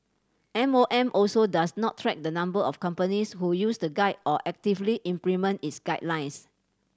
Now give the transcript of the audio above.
M O M also does not track the number of companies who use the guide or actively implement its guidelines